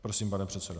Prosím, pane předsedo.